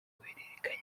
guhererekanya